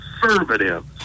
conservatives